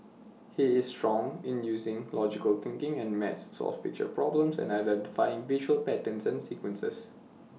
he is strong in using logical thinking and maths to solve picture problems and identifying visual patterns and sequences